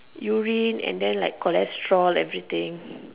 urine and then like cholesterol everything